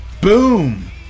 Boom